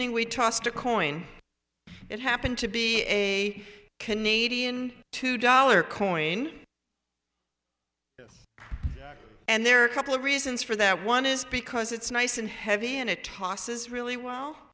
we tossed a coin it happened to be a canadian two dollar coin and there are a couple of reasons for that one is because it's nice and heavy and it tosses really well